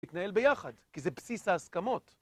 להתנהל ביחד, כי זה בסיס ההסכמות.